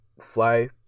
fly